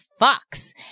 Fox